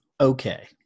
okay